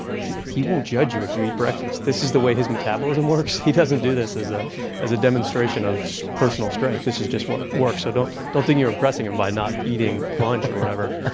he he won't judge you if you eat breakfast. this is the way his metabolism works. he doesn't do this as ah as a demonstration of personal strength. this is just what works. so don't don't think you're impressing him by not eating lunch, or whatever.